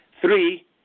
Three